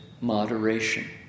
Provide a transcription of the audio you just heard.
Moderation